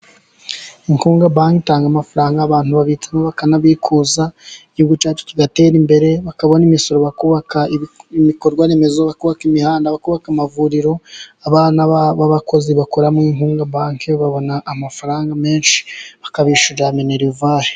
Inguka banki itanga amafaranga; abantu babitsamo, bakanabikuza, kanabikuza, igihugu cyacu kigatera imbere, bakabona imisoro bakubaka ibikorwa remezo, bakubaka imihanda, bakubaka amavuriro, abana b'abakozi bakora muri unguka banki babona amafaranga menshi, bakabishyurira minerivare.